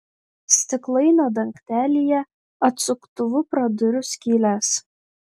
stiklainio dangtelyje atsuktuvu praduriu skyles